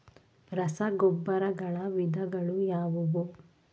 ರಸಗೊಬ್ಬರಗಳ ವಿಧಗಳು ಯಾವುವು?